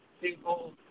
people